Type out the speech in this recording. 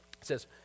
says